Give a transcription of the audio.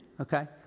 Okay